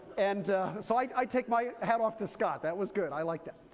and so i i take my hat off to scott. that was good. i like that.